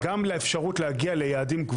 וגם לאפשרות של להגיע גבוהים.